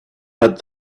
but